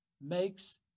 makes